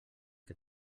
que